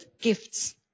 gifts